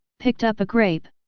picked up a grape,